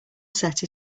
set